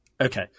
Okay